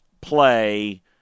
play